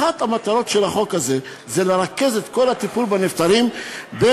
אחת המטרות של החוק הזה היא לרכז את כל הטיפול בנפטרים במקום אחד,